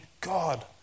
God